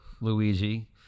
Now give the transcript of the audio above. Luigi